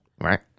Right